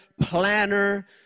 planner